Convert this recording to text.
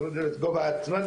יורידו לו את גובה ההצמדה,